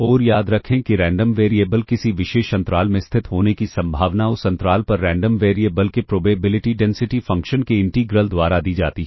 और याद रखें कि रैंडम वेरिएबल किसी विशेष अंतराल में स्थित होने की संभावना उस अंतराल पर रैंडम वेरिएबल के प्रोबेबिलिटी डेंसिटी फ़ंक्शन के इंटीग्रल द्वारा दी जाती है